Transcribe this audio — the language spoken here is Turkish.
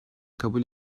kabul